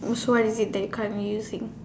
means what is it that you currently using